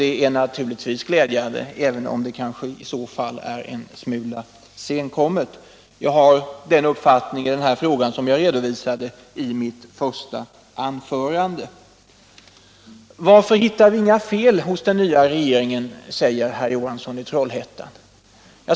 Detta är naturligtvis glädjande, även om det är en smula senkommet. Jag har samma uppfattning i den här frågan nu som den jag redovisade i mitt första anförande. Varför hittar vi inga fel hos den nya regeringen, undrade herr Johansson i Trollhättan.